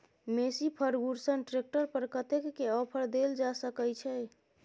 Massey Ferguson tractor पर कतेक के ऑफर देल जा सकै छै?